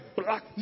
black